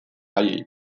haiei